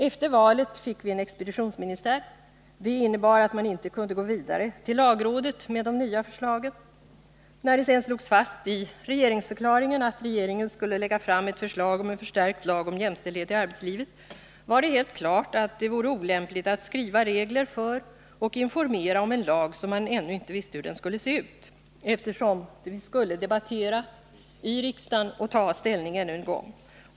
Efter valet fick vi en expeditionsministär. Det innebar att man inte kunde gå vidare till lagrådet med de nya förslagen. När det sedan slogs fast i regeringsförklaringen att regeringen skulle lägga fram ett förslag om en förstärkt lag om jämställdhet i arbetslivet var det helt klart att det vore olämpligt att skriva regler för och informera om en lag som man ännu inte vi e hur den skulle se ut, eftersom vi skulle föra debatt i riksdagen och ta ställning ännu en gång.